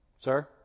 Sir